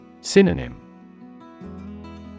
Synonym